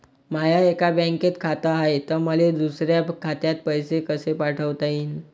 माय एका बँकेत खात हाय, त मले दुसऱ्या खात्यात पैसे कसे पाठवता येईन?